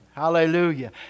Hallelujah